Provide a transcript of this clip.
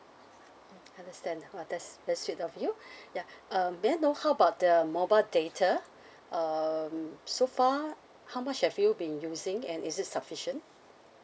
understand !wah! that's that's sweet of you ya um may I know how about uh mobile data um so far how much have you been using and is it sufficient